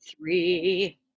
three